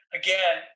again